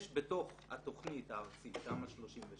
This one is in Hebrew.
יש בתוך התוכנית הארצית תמ"א/36